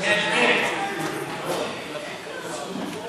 תקופה מאוד מרגשת.